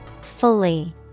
Fully